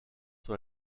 sur